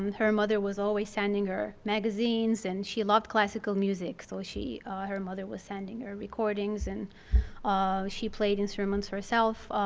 um her mother was always sending her magazines and she loved classical music. so her mother was sending her recordings and she played instruments herself.